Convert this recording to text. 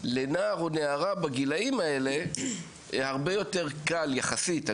לנער או נערה בגילאים האלה, הרבה יותר קל יחסית.